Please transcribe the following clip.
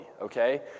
okay